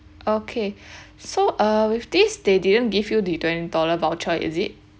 okay so uh with this they didn't give you the twenty dollar voucher is it